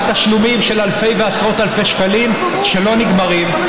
רק תשלומים של אלפי ועשרות אלפי שקלים שלא נגמרים,